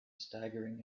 staggering